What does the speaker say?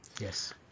yes